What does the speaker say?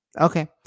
Okay